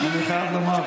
אני חייב לומר,